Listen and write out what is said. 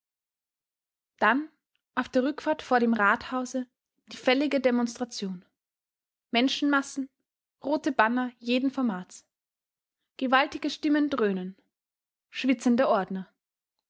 dann auf der rückfahrt vor dem rathause die fällige demonstration menschenmassen rote banner jeden formats gewaltige stimmen dröhnen schwitzende ordner